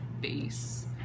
base